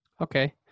Okay